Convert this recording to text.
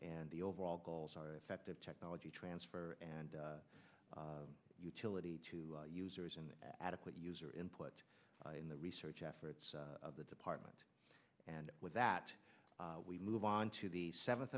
and the overall goals are effective technology transfer and utility to users and adequate user input in the research efforts of the department and with that we move onto the seventh